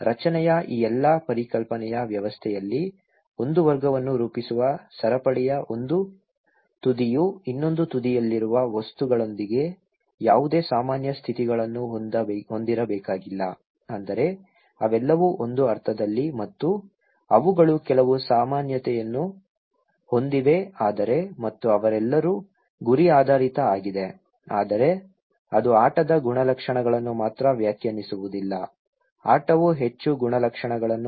ರಚನೆಯ ಈ ಎಲ್ಲಾ ಪರಿಕಲ್ಪನೆಯ ವ್ಯವಸ್ಥೆಯಲ್ಲಿ ಒಂದು ವರ್ಗವನ್ನು ರೂಪಿಸುವ ಸರಪಳಿಯ ಒಂದು ತುದಿಯು ಇನ್ನೊಂದು ತುದಿಯಲ್ಲಿರುವ ವಸ್ತುಗಳೊಂದಿಗೆ ಯಾವುದೇ ಸಾಮಾನ್ಯ ಸ್ಥಿತಿಗಳನ್ನು ಹೊಂದಿರಬೇಕಾಗಿಲ್ಲ ಅಂದರೆ ಅವೆಲ್ಲವೂ ಒಂದು ಅರ್ಥದಲ್ಲಿ ಮತ್ತು ಅವುಗಳು ಕೆಲವು ಸಾಮಾನ್ಯತೆಯನ್ನು ಹೊಂದಿವೆ ಆದರೆ ಮತ್ತು ಅವರೆಲ್ಲರೂ ಗುರಿ ಆಧಾರಿತ ಆಗಿದೆ ಆದರೆ ಅದು ಆಟದ ಗುಣಲಕ್ಷಣಗಳನ್ನು ಮಾತ್ರ ವ್ಯಾಖ್ಯಾನಿಸುವುದಿಲ್ಲ ಆಟವು ಹೆಚ್ಚು ಗುಣಲಕ್ಷಣಗಳನ್ನು ಹೊಂದಿರಬೇಕು